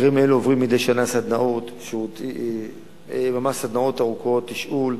הבקרים האלה עוברים מדי שנה סדנאות ארוכות, תשאול,